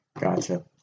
Gotcha